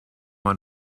man